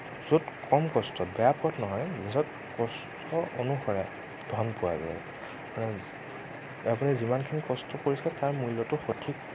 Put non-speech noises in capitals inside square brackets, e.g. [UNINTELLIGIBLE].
য'ত কম কষ্ট বেয়া পথ নহয় য'ত কষ্ট অনুসৰে ধন পোৱা যায় [UNINTELLIGIBLE] আপুনি যিমানখিনি কষ্ট কৰিছে তাৰ মূল্যটো সঠিক